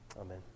Amen